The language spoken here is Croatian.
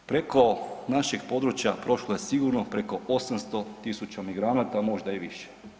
Preko našeg područja prošlo je sigurno preko 800.000 migranata, a možda i više.